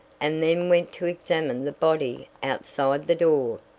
and then went to examine the body outside the door.